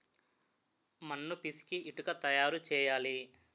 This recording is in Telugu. మన్ను పిసికి ఇటుక తయారు చేయాలి